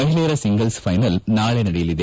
ಮಹಿಳೆಯರ singles final ನಾಳೆ ನಡೆಯಲಿದೆ